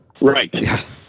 Right